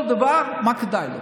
כל דבר זה מה שכדאי לו.